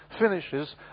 finishes